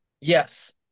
Yes